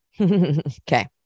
okay